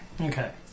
Okay